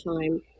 time